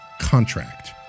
contract